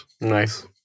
Nice